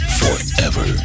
forever